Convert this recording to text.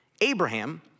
Abraham